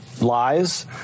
lies